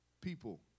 people